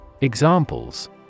Examples